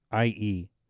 ie